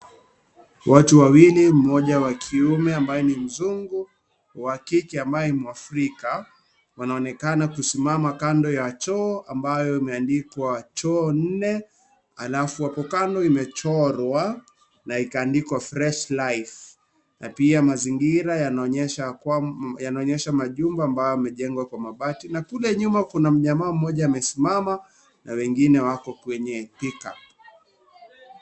Watu wawili mmoja wa kiume ambaye ni mzungu wa kike ambaye mwafrika wanaonekana kusimama kando ya choo ambayo imeandikwa choo nne, halafu hapo kando imechorwa na ikandikwa (CS)fresh life(CS ),na pia mazingira yanaonyesha ya kwamba majumba ambayo yamejengwa Kwa mabati na kule nyuma kuna mjamaa amesimama na wengine wako kwenye Pickup.